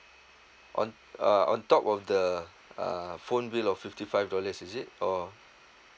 on uh on top of the uh phone bill of fifty five dollars is it or